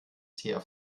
sehr